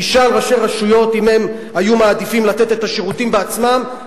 תשאל ראשי רשויות אם הם היו מעדיפים לתת את השירותים בעצמם,